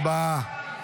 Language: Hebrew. הצבעה.